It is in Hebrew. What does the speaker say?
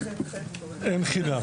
בגדול,